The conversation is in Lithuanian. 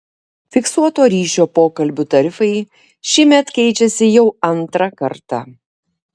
fiksuoto ryšio pokalbių tarifai šįmet keičiasi jau antrą kartą